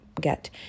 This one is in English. get